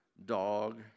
Dog